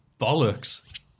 Bollocks